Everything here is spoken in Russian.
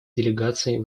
делегаций